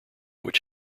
which